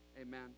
Amen